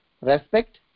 Respect